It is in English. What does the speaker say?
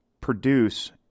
produce